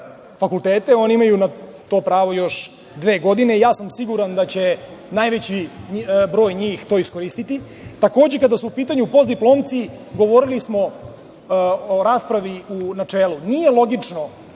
fakultete, oni imaju na to pravo još dve godine, ja sam siguran da će najveći broj njih to iskoristiti. Takođe, kada su u pitanju postdiplomci, govorili smo o raspravi u načelu. Nije logično